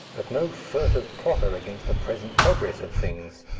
but no furtive plotter against the present progress of things.